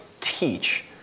teach